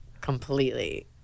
completely